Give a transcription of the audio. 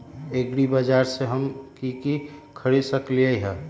एग्रीबाजार से हम की की खरीद सकलियै ह?